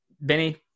Benny